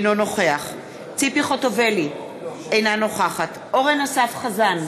אינו נוכח ציפי חוטובלי, אינה נוכחת אורן אסף חזן,